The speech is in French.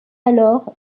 alors